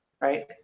right